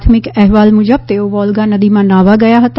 પ્રાથમિક અહેવાલ મુજબ તેઓ વોલ્ગા નદીમાં ન્હાવા ગયા હતા